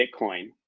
Bitcoin